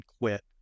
quit